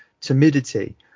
timidity